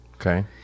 Okay